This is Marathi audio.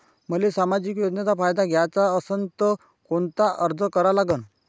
मले सामाजिक योजनेचा फायदा घ्याचा असन त कोनता अर्ज करा लागन?